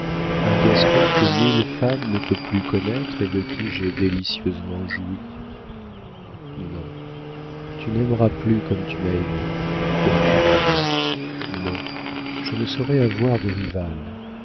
un gaston que nulle femme ne peut plus connaître et de qui j'ai délicieusement joui non tu n'aimeras plus comme tu m'as aimée comme tu m'aimes non je ne saurais avoir de rivale